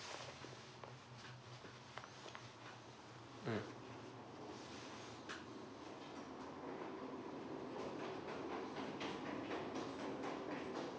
mm